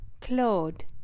Claude